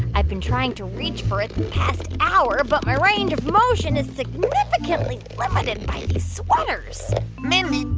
i've been trying to reach for it the past hour, but my range of motion is significantly limited by these sweaters mindy,